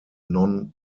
non